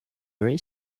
very